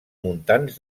muntants